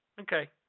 Okay